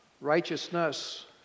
righteousness